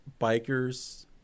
bikers